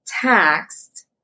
taxed